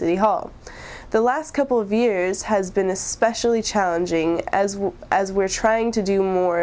city hall the last couple of years has been especially challenging as well as we're trying to do more